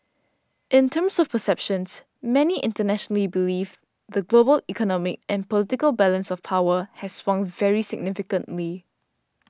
in terms of perceptions many internationally believe the global economic and political balance of power has swung very significantly